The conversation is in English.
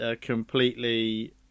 completely